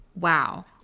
Wow